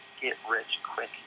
get-rich-quick